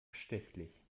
bestechlich